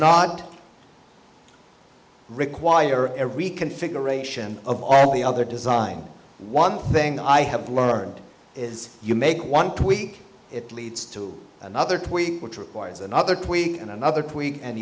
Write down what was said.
not require every configuration of all the other design one thing that i have learned is you make one tweak it leads to another tweak which requires another tweak and another quick and